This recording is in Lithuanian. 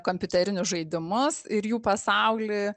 kompiuterinius žaidimus ir jų pasaulį